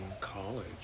college